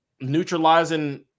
neutralizing